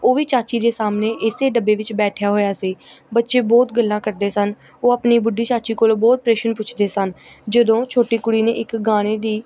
ਉਹ ਵੀ ਚਾਚੀ ਦੇ ਸਾਹਮਣੇ ਇਸ ਡੱਬੇ ਵਿੱਚ ਬੈਠਿਆ ਹੋਇਆ ਸੀ ਬੱਚੇ ਬਹੁਤ ਗੱਲਾਂ ਕਰਦੇ ਸਨ ਉਹ ਆਪਣੀ ਬੁੱਢੀ ਚਾਚੀ ਕੋਲੋਂ ਬਹੁਤ ਪ੍ਰਸ਼ਨ ਪੁੱਛਦੇ ਸਨ ਜਦੋਂ ਛੋਟੀ ਕੁੜੀ ਨੇ ਇੱਕ ਗਾਣੇ ਦੀ